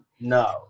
no